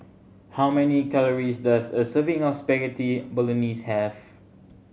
how many calories does a serving of Spaghetti Bolognese have